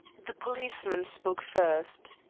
the policeman spoke first.